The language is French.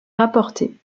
rapportées